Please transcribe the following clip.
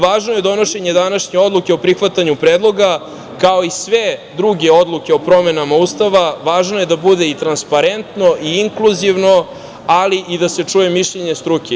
Važno je donošenje današnje odluke o prihvatanju predloga, kao i sve druge odluke o promenama Ustava, važno je da bude transparentno i inkluzivno, ali i da se čuje mišljenje struke.